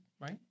Right